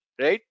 right